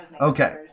Okay